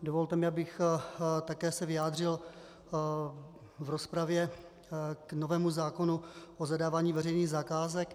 Dovolte mi, abych se také vyjádřil v rozpravě k novému zákonu o zadávání veřejných zakázek.